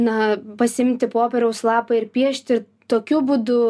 na pasiimti popieriaus lapą ir piešti tokiu būdu